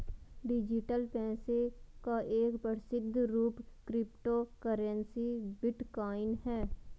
digital पैसे का एक प्रसिद्ध रूप क्रिप्टो करेंसी बिटकॉइन है